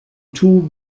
two